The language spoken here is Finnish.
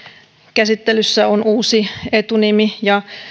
käsittelyssä on uusi etunimi ja